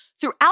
throughout